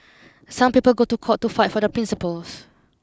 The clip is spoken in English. some people go to court to fight for their principles